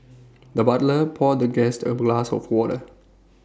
the butler poured the guest A brass of water